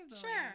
sure